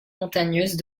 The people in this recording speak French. montagneuses